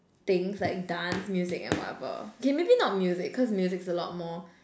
things like dance music and whatever K maybe not music cause music is a lot more